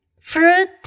fruit